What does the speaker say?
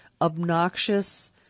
obnoxious